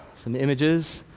some images.